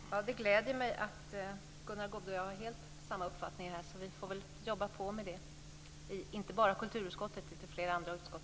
Herr talman! Det gläder mig att Gunnar Goude och jag har helt samstämmiga uppfattningar. Vi får väl jobba vidare med dessa frågor, inte bara i kulturutskottet utan också i flera andra utskott.